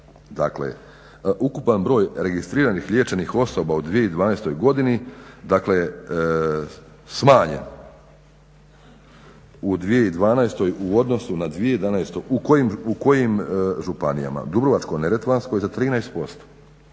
dakle ukupan broj registriranih liječenih osoba u 2012. godini dakle smanjen u 2012. u odnosu na 2011. U kojim županijama? U Dubrovačko-neretvanskoj za 13%,